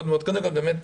קודם כל באמת,